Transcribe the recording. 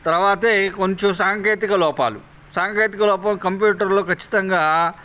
తరువాతే కొంచెం సాంకేతిక లోపాలు సాంకేతిక లోపాలు కంప్యూటర్లో ఖచ్చితంగా